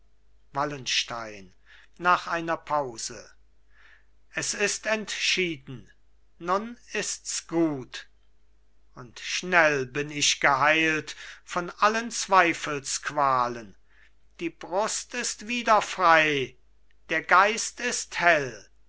wallenstein nach einer pause es ist entschieden nun ists gut und schnell bin ich geheilt von allen zweifelsqualen die brust ist wieder frei der geist ist hell